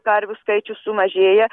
karvių skaičius sumažėja